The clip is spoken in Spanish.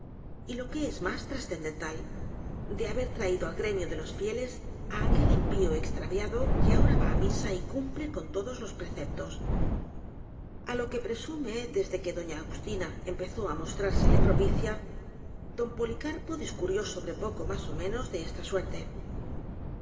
y lo que es más transcendental de haber traído al gremio de los fieles á aquel impío extraviado que ahora va á misa y cumple con todos los preceptos á lo que se presume desde que doña agustina empezó á mostrársele propicia don policarpo dis currió sobre poco más ó menos de esta suerte